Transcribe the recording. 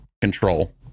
control